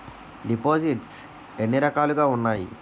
దిపోసిస్ట్స్ ఎన్ని రకాలుగా ఉన్నాయి?